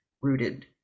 rooted